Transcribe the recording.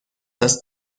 است